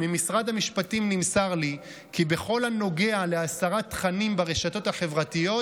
ממשרד המשפטים נמסר לי כי בכל הנוגע להסרת תכנים ברשתות החברתיות,